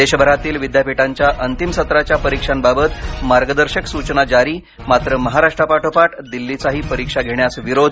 देशभरातील विद्यापीठांच्या अंतिम सत्राच्या परीक्षांबाबत मार्गदर्शक सूचना जारी मात्र महाराष्ट्रापाठोपाठ दिल्लीचाही परीक्षा घेण्यास विरोध